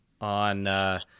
on –